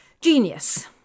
Genius